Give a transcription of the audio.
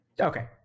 Okay